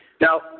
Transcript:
Now